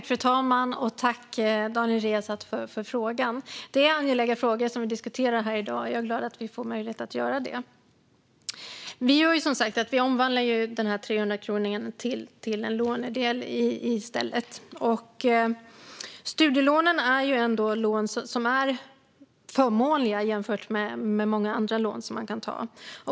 Fru talman! Jag tackar Daniel Riazat för frågorna. Vi diskuterar angelägna frågor i dag, och jag är glad att vi får möjlighet att göra det. Vi omvandlar dessa 300 kronor till lån i stället. Studielånen är ändå förmånliga lån jämfört med många andra lån.